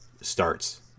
starts